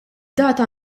data